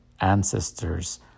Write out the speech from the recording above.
ancestors